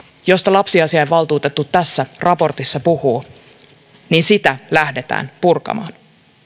josta lapsiasiainvaltuutettu tässä raportissa puhuu lähdetään purkamaan